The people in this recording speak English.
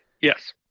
Yes